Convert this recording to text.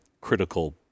critical